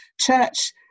church